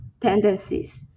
tendencies